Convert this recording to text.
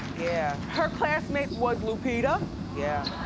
yeah her classmate was lupita. yeah.